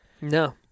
No